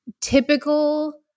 typical